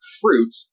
fruit